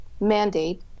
mandate